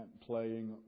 playing